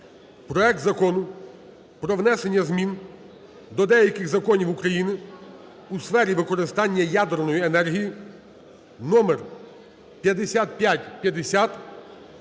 проект Закону про внесення змін до деяких законів України у сфері використання ядерної енергії (№ 5550)